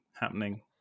happening